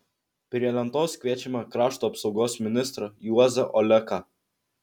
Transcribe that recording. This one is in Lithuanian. prie lentos kviečiame krašto apsaugos ministrą juozą oleką